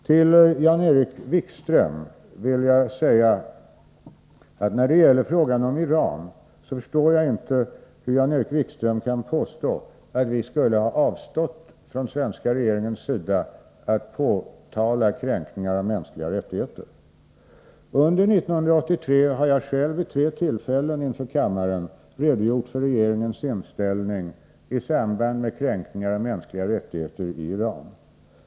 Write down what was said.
Till Jan-Erik Wikström vill jag säga att när det gäller frågan om Iran förstår jaginte hur Jan-Erik Wikström kan påstå att vi från den svenska regeringens sida skulle ha avstått från att påtala kränkningar av mänskliga rättigheter. Under 1983 har jag själv vid tre tillfällen inför kammaren redogjort för regeringens inställning i samband med kränkningar av de mänskliga rättigheterna i Iran.